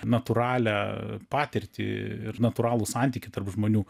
natūralią patirtį ir natūralų santykį tarp žmonių